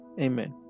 Amen